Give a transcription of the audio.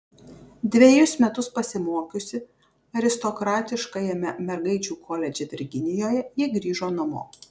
dvejus metus pasimokiusi aristokratiškajame mergaičių koledže virginijoje ji grįžo namo